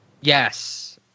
Yes